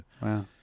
Wow